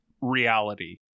reality